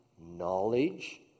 knowledge